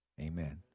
amen